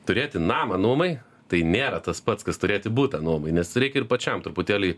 turėti namą nuomai tai nėra tas pats kas turėti butą nuomai nes reikia ir pačiam truputėlį